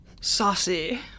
Saucy